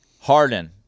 Harden